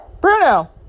Bruno